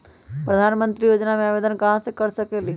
प्रधानमंत्री योजना में आवेदन कहा से कर सकेली?